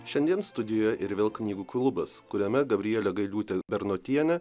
šiandien studijoj ir vėl knygų klubas kuriame gabrielė gailiūtė bernotienė